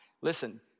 Listen